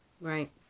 right